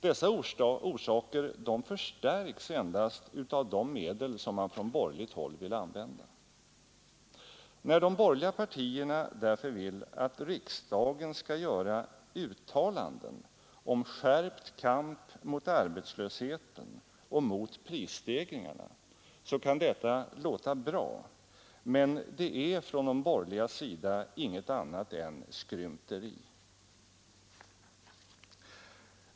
Dessa orsaker förstärks endast av de medel som man från borgerligt håll vill använda. När de borgerliga partierna därför vill att riksdagen skall göra uttalanden om skärpt kamp mot arbetslösheten och mot prisstegringarna så kan detta låta bra, men det är från de borgerligas sida intet annat än skrymteri.